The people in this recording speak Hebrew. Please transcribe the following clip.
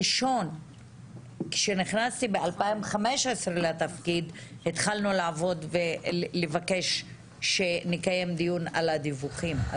כשנכנסתי ב-2015 לתפקיד ביקשתי שנקיים דיון על הדיווחים.